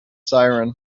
siren